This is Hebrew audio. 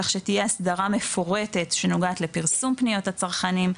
כך שתהיה הסדרה מפורטת שנוגעת לפרסום פניות הצרכנים,